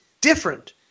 different